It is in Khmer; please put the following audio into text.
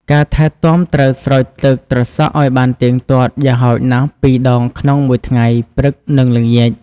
ការថែទាំត្រូវស្រោចទឹកត្រសក់ឲ្យបានទៀងទាត់ យ៉ាងហោចណាស់ពីរដងក្នុងមួយថ្ងៃ (ព្រឹក និងល្ងាច)។